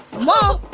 my